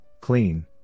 clean